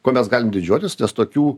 kuo mes galim didžiuotis nes tokių